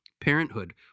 parenthood